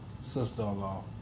sister-in-law